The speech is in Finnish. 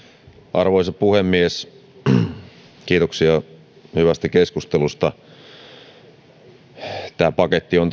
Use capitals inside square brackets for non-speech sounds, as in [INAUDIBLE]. arvoisa puhemies kiitoksia hyvästä keskustelusta tämä paketti on [UNINTELLIGIBLE]